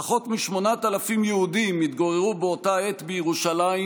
פחות מ-8,000 יהודים התגוררו באותה העת בירושלים,